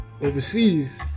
overseas